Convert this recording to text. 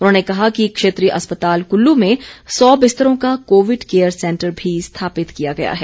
उन्होंने कहा कि क्षेत्रीय अस्पताल कुल्लू में सौ बिस्तरों का कोविड केयर सैंटर भी स्थापित किया गया है